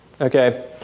Okay